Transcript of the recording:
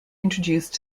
introduced